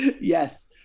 Yes